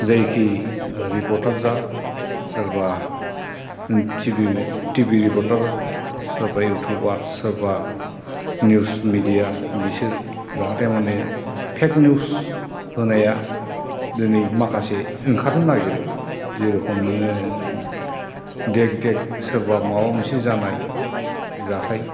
जायखि रिपर्टार जा सोरबा टिबिनि रिपर्टार सोरबा इउटुबार सोरबा निउस मिदिया बिसोर जाहाथे माने फेक निउस होनाया दिनै माखासे ओंखारनो नागिरो जे रखम नोङो देख देख सोरबा माबा मोनसे जानाय जाथाय